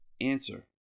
Answer